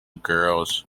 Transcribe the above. girls